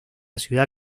ciudad